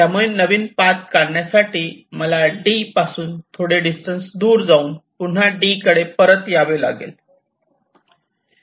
त्यामुळे नवीन पाथ काढण्यासाठी मला D पासून थोडे डिस्टन्स दूर जाऊन पुन्हा D कडे परत जावे लागते